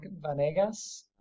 Vanegas